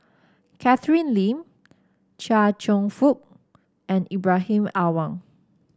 Catherine Lim Chia Cheong Fook and Ibrahim Awang